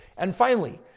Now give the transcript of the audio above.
and finally,